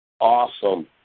Awesome